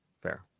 Fair